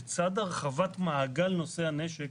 לצד הרחבת מעגל נושאי הנשק,